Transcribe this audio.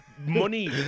money